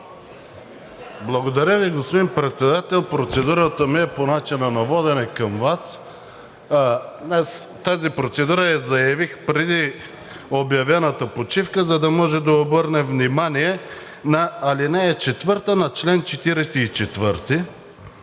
Благодаря Ви, господин Председател. Процедурата ми е по начина на водене към Вас. Аз тази процедура я заявих преди обявената почивка, за да можем да обърнем внимание на чл. 44, ал. 4,